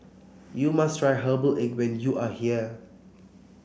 you must try Herbal Egg when you are here